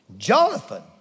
Jonathan